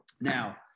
Now